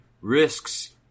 risks